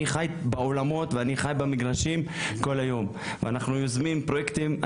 אני חי באולמות ובמגרשים כל היום ואנחנו יוזמים פרויקטים.